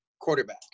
quarterback